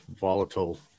volatile